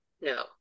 no